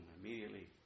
immediately